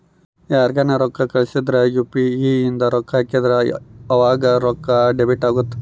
ಯಾರ್ಗನ ರೊಕ್ಕ ಕಳ್ಸಿದ್ರ ಯು.ಪಿ.ಇ ಇಂದ ರೊಕ್ಕ ಹಾಕಿದ್ರ ಆವಾಗ ರೊಕ್ಕ ಡೆಬಿಟ್ ಅಗುತ್ತ